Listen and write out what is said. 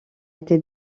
été